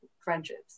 friendships